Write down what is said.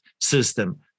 system